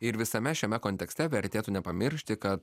ir visame šiame kontekste vertėtų nepamiršti kad